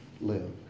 live